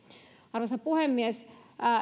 arvoisa puhemies